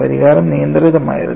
പരിഹാരം നിയന്ത്രിതമായിരുന്നു